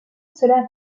cela